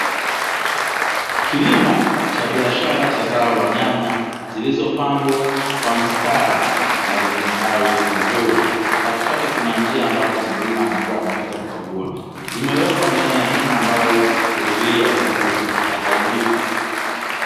Kilimo cha biashara cha zao la nyanya, zilizopandwa kwa mstari na zimestawi vizuri. Katikati kuna njia ambayo mkulima anakua anapita kukagua. Zimewekwa ndani ya hema ambalo huzuia wadudu waharibifu.